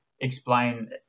explain